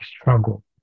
struggle